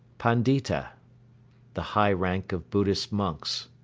pandita the high rank of buddhist monks.